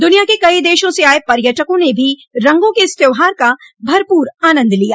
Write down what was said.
दुनिया के कई देशों से आये पर्यटकों ने भी रंगो के इस त्यौहार का भरपूर आनंद लिया